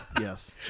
yes